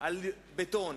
על בטון,